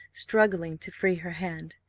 struggling to free her hand.